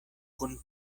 kun